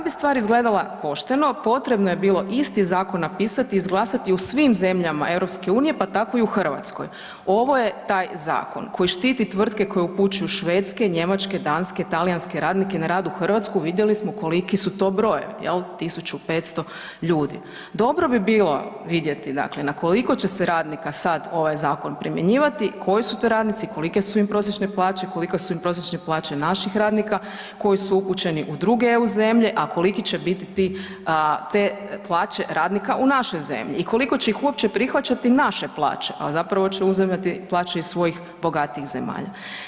Da bi stvar izgledala pošteno, potrebno je bilo isti Zakon napisati i izglasati u svim zemljama Europske unije, pa tako i u Hrvatskoj, ovo je taj Zakon koji štiti tvrtke koje upućuju švedske, njemačke, danske, talijanske radnike na rad u Hrvatsku, vidjeli smo koliki su to brojevi jel, 1.500 ljudi, dobro bi bilo vidjeti dakle, na koliko će se radnika sad ovaj Zakon primjenjivati, koji su to radnici, kolike su im prosječne plaće, koliko su im prosječne plaće naših radnika koji su upućeni u druge EU zemlje, a koliki će biti ti, te plaće radnika u našoj zemlji i koliko će ih uopće prihvaćati naše plaće, a zapravo će uzimati plaće iz svojih bogatijih zemalja.